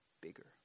bigger